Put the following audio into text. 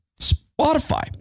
Spotify